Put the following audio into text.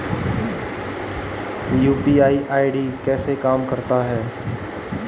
UPI ID कैसे काम करता है?